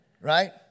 Right